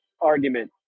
argument